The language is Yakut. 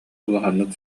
улаханнык